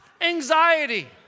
anxiety